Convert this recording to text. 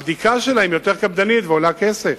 הבדיקה שלהם יותר קפדנית, ועולה כסף,